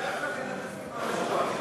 אף שהגנת הסביבה חשובה.